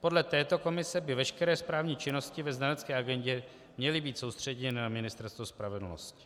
Podle této komise by veškeré správní činnosti ve znalecké agendě měly být soustředěny na Ministerstvo spravedlnosti.